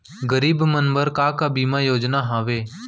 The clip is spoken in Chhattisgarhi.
गरीब मन बर का का बीमा योजना हावे?